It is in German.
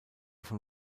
von